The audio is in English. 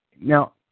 now